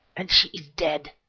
and she is dead,